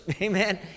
Amen